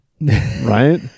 right